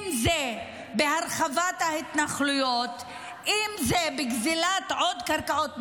אם זה בהרחבת ההתנחלויות, אם זה בגזל עוד קרקעות.